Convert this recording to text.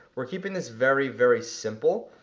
we're keeping this very very simple,